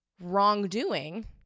wrongdoing